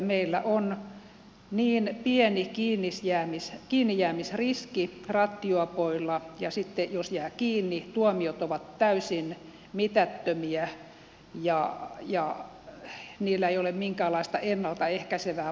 meillä on niin pieni kiinnijäämisriski rattijuopoilla ja sitten jos jää kiinni tuomiot ovat täysin mitättömiä ja niillä ei ole minkäänlaista ennalta ehkäisevää vaikutusta